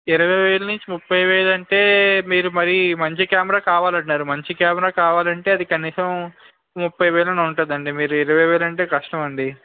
ఇరవై వేల నుంచి ముప్ఫై వేలు అంటే మీరు మరి మంచి కెమెరా కావాలన్నారు మంచి కెమెరా కావాలంటే అది కనీసం ముప్ఫై వేలు అన్నా ఉంటుంది అండి మీరు ఇరవై వేలు అంటే కష్టం అండి